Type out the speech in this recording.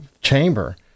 Chamber